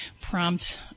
Prompt